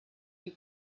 you